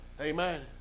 Amen